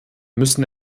müssen